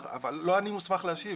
אבל לא אני מוסמך להשיב.